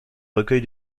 recueil